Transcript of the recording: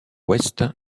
ouest